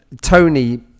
Tony